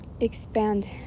expand